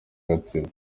gatsibo